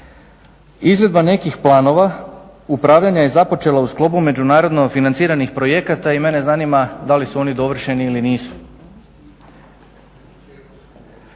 Izvedba nekih planova upravljanja je započela u sklopu međunarodno financiranih projekata i mene zanima da li su oni dovršeni ili nisu?